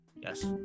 Yes